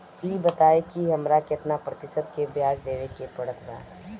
ई बताई की हमरा केतना प्रतिशत के ब्याज देवे के पड़त बा?